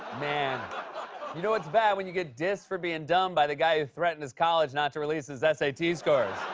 man. you know it's bad when you get dissed for being dumb by the guy who threatened his college not to release his s a t. scores.